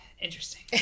interesting